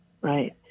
right